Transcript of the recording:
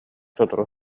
сотору